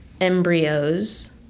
embryos